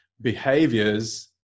behaviors